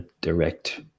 direct